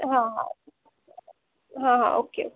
हा हा हा हा ओके ओके